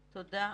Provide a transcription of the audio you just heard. תודה.